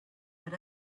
but